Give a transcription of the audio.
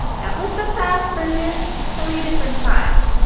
that was the fast version three different times.